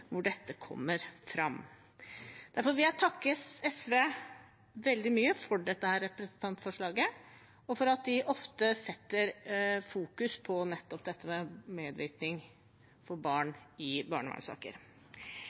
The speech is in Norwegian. hvor dette kommer fram. Derfor vil jeg takke SV veldig for dette representantforslaget, og for at de ofte setter fokus på nettopp medvirkning for barn